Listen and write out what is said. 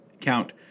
count